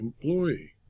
employee